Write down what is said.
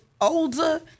older